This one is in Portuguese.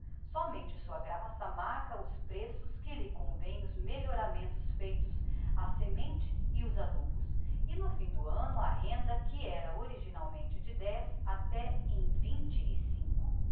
sómente sua graça marca os preços que lhe convém aos melhoramentos feitos á semente e aos adubos e no fim do anno a renda que era originariamente de dez está em vinte e cinco